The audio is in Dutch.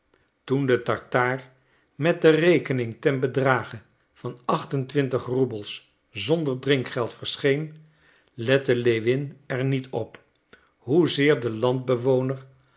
toen de tartaar met de rekening ten bedrage van acht en twintig roebels zonder drinkgeld verscheen lette lewin er niet op hoezeer de landbewoner